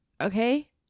Okay